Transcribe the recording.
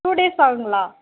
two days ஆகுங்களா